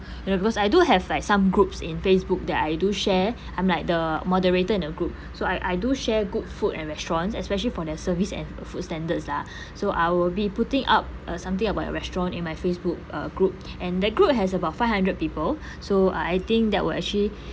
you know because I do have like some groups in Facebook that I do share I'm like the moderator in the group so I I do share good food and restaurants especially for their service and food standards lah so I will be putting up uh something about your restaurant in my Facebook uh group and that group has about five hundred people so I I think that will actually